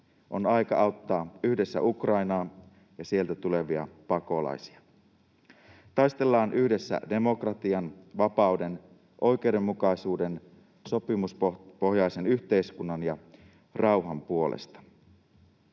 On aika auttaa yhdessä Ukrainaa ja sieltä tulevia pakolaisia. Taistellaan yhdessä demokratian, vapauden, oikeudenmukaisuuden, sopimuspohjaisen yhteiskunnan ja rauhan puolesta.